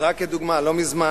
על המודל